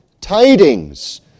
tidings